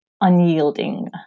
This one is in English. unyielding